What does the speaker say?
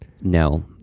No